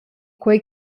quei